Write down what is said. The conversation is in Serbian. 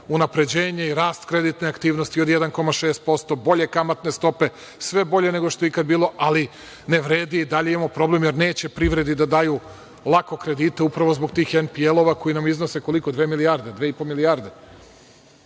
unapređenje, rast kreditne aktivnosti od 1,6%, bolje kamatne stope. Sve je bolje nego što je ikada bilo, ali ne vredi. I dalje imamo problem jer neće privredi da daju lako kredite upravo zbog tih „empielova“ koji iznose – koliko, dve milijarde, 2,5 milijarde